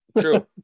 True